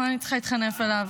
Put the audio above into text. מה אני צריכה להתחנף אליו?